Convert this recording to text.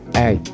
hey